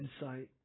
insight